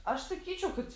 aš sakyčiau kad